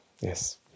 Yes